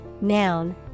noun